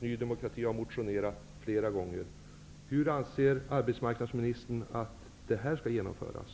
Ny demokrati har motionerat flera gånger. Hur anser arbetsmarknadsministern att det skall genomföras?